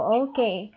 okay